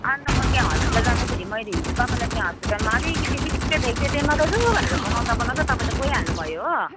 अन्त म त्यहाँ हस्पिटल जाँदाखेरि मैले हिजो तपाईँलाई त्यहाँ हस्पिटलमा अलिकति पिलिक्क देखेको थिएँ त्यहाँ पेमा दाजु भनेर बोलाउँदा बोलाउँदा तपाईँ त गइहाल्नुभयो हो